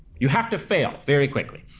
you have to fail, very quickly.